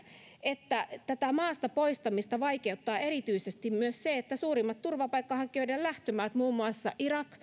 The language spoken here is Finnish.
että tätä maasta poistamista vaikeuttaa erityisesti myös se että suurimmat turvapaikanhakijoiden lähtömaat muun muassa irak